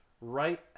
right